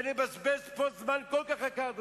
ונבזבז פה זמן כל כך יקר,